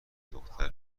دختر